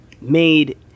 made